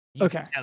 Okay